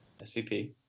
SVP